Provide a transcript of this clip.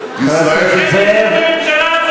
בממשלה,